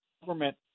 government